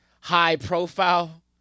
high-profile